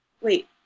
wait